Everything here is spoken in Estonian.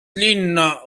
linna